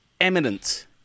eminent